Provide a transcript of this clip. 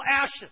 ashes